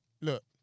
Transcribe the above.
look